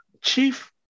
chief